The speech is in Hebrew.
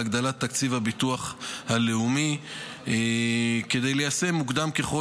להגדלת תקציב הביטוח הלאומי כדי ליישם מוקדם ככל